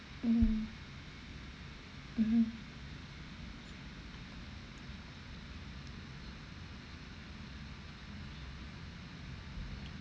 mm mmhmm